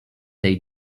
they